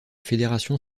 fédération